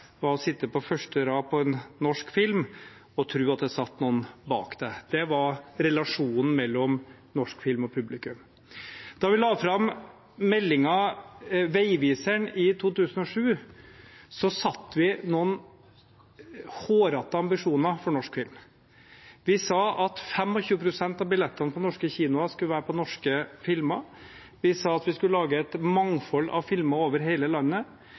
paranoia var å sitte på første rad på en norsk film og tro at det satt noen bak deg. Det var relasjonen mellom norsk film og publikum. Da vi la fram meldingen «Veiviseren» i 2007, satte vi noen hårete ambisjoner for norsk film. Vi sa at 25 pst. av billettene på norske kinoer skulle være til norske filmer, vi sa at vi skulle lage et mangfold av filmer over hele landet,